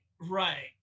right